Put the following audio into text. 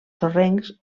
sorrencs